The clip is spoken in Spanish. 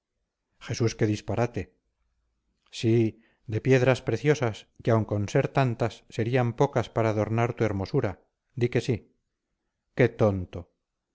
jesús qué disparate sí de piedras preciosas que aun con ser tantas serían pocas para adornar tu hermosura di que sí qué tonto